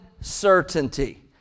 certainty